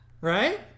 Right